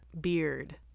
beard